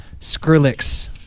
Skrillex